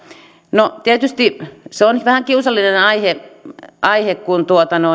no tietysti se on nyt vähän kiusallinen aihe aihe kun